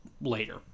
later